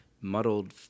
muddled